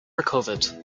recovered